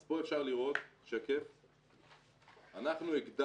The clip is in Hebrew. אז פה אפשר לראות, אנחנו הגדלנו,